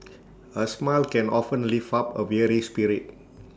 A smile can often lift up A weary spirit